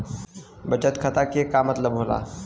बचत खाता के का मतलब होला?